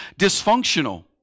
dysfunctional